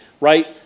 right